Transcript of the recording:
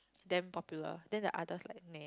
damn popular then the others like